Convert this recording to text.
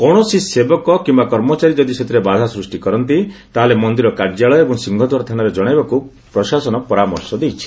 କୌଶସି ସେବକ କିୟା କର୍ମଚାରୀ ଯଦି ସେଥିରେ ବାଧା ସୂଷ୍ଟି କରନ୍ତି ତାହାଲେ ମନ୍ଦିର କାର୍ଯ୍ୟାଳୟ ଏବଂ ସିଂହଦ୍ୱାର ଥାନାରେ ଜଣାଇବାକୁ ପ୍ରଶାସନ ପରାମର୍ଶ ଦେଇଛି